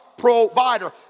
provider